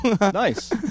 Nice